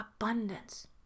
abundance